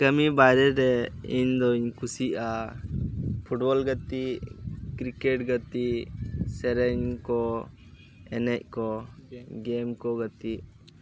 ᱠᱟᱹᱢᱤ ᱵᱟᱭᱨᱮ ᱨᱮ ᱤᱧ ᱫᱩᱧ ᱠᱩᱥᱤᱭᱟᱜᱼᱟ ᱯᱷᱩᱴᱵᱚᱞ ᱜᱟᱛᱤᱜ ᱠᱤᱨᱠᱮᱴ ᱜᱟᱛᱤᱜ ᱥᱮᱨᱮᱧ ᱠᱚ ᱮᱱᱮᱡ ᱠᱚ ᱜᱮᱢ ᱠᱚ ᱜᱟᱛᱤᱜ